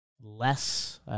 less